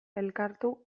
elkartu